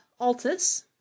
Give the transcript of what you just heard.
Altus